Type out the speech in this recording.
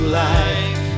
life